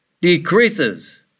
decreases